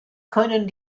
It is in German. können